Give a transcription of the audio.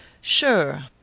Sure